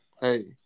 hey